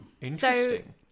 interesting